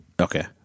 Okay